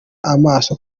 amaso